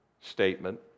statement